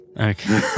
Okay